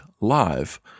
live